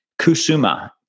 Kusuma